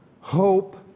hope